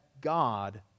God